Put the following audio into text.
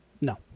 No